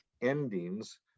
endings